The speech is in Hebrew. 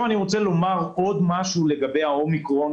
אני רוצה לומר עוד משהו לגבי האומיקרון